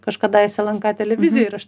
kažkadaise lnk televizijoj ir aš